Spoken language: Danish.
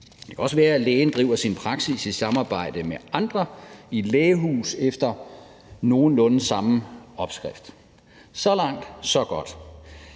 Det kan også være, at lægen driver sin praksis i samarbejde med andre i et lægehus efter nogenlunde samme opskrift. Så langt, så godt.